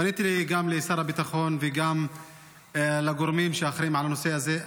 פניתי גם לשר הביטחון וגם לגורמים שאחראים לנושא הזה.